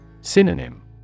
Synonym